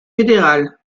fédéral